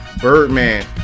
Birdman